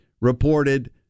reported